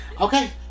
Okay